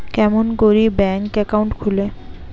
কেমন করি bank account খুলে?